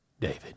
David